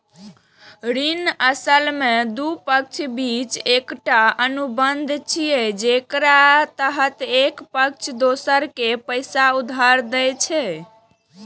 ऋण असल मे दू पक्षक बीच एकटा अनुबंध छियै, जेकरा तहत एक पक्ष दोसर कें पैसा उधार दै छै